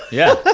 yeah.